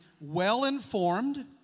well-informed